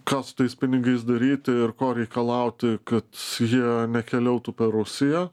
ką su tais pinigais daryt ir ko reikalauti kad jie nekeliautų per rusiją